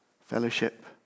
Fellowship